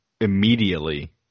immediately